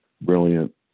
brilliant